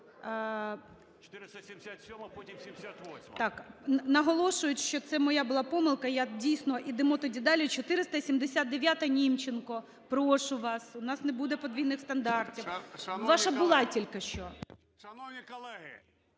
Наголошують, що це моя була помилка, я дійсно, ідемо тоді далі, 479-а, Німченко. Прошу вас, у нас не буде подвійних стандартів. Ваша була тільки що. 17:30:59